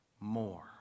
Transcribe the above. more